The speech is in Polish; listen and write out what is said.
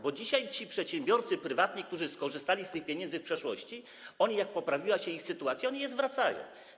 Bo dzisiaj ci przedsiębiorcy prywatni, którzy skorzystali z tych pieniędzy w przeszłości, jak poprawiła się ich sytuacja, je zwracają.